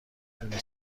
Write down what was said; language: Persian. دونه